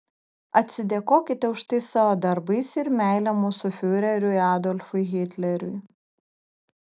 atsidėkokite už tai savo darbais ir meile mūsų fiureriui adolfui hitleriui